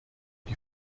die